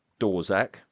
Dorzak